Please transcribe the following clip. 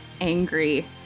angry